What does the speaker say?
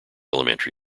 elementary